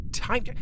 Time